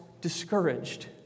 discouraged